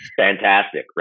fantastic